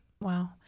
Wow